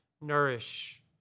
nourish